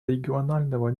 регионального